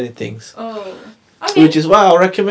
oh okay